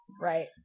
right